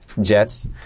JETS